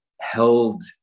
held